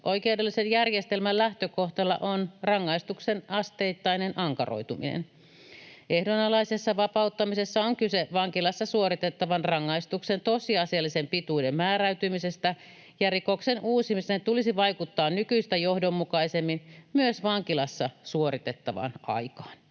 rikosoikeudellisen järjestelmän lähtökohtana on rangaistuksen asteittainen ankaroituminen. Ehdonalaisessa vapauttamisessa on kyse vankilassa suoritettavan rangaistuksen tosiasiallisen pituuden määräytymisestä, ja rikoksen uusimisen tulisi vaikuttaa nykyistä johdonmukaisemmin myös vankilassa suoritettavaan aikaan.